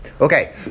Okay